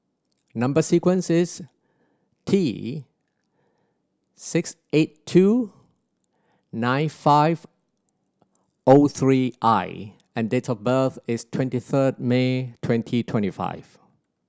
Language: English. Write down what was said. number sequence is T six eight two nine five zero three I and date of birth is twenty third May twenty twenty five